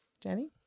Jenny